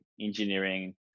engineering